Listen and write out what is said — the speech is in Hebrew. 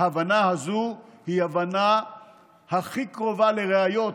ההבנה הזו היא הבנה הכי קרובה לראיות.